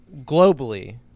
globally